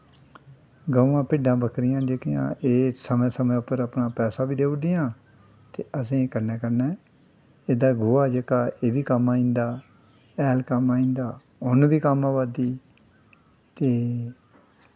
गवां भिड्डां बक्करियां न जेह्कियां एह् समैं समैं उप्पर पैसा बी देई ओड़दियां ते असेंगी कन्नै कन्नै एह्दा गोहा जेह्ड़ा कम्म आई जंदा हैल कम्म आई जंदा उन्न बी कम्म आई जंदी ते